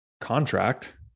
contract